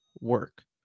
work